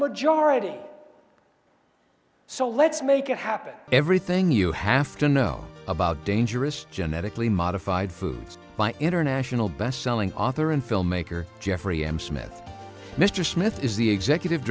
majority so let's make it happen everything you have to know about dangerous genetically modified foods international best selling author and filmmaker jeffrey m smith mr smith is the executive